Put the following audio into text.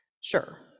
Sure